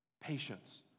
patience